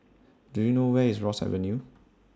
Do YOU know Where IS Ross Avenue